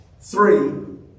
Three